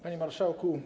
Panie Marszałku!